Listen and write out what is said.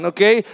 Okay